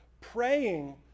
praying